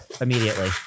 immediately